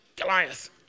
Goliath